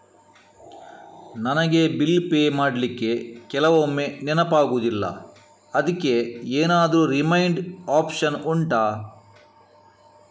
ನನಗೆ bill pay ಮಾಡ್ಲಿಕ್ಕೆ ಕೆಲವೊಮ್ಮೆ ನೆನಪಾಗುದಿಲ್ಲ ಅದ್ಕೆ ಎಂತಾದ್ರೂ ರಿಮೈಂಡ್ ಒಪ್ಶನ್ ಉಂಟಾ